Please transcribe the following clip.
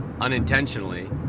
unintentionally